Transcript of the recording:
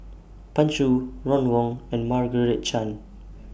Pan Shou Ron Wong and Margaret Chan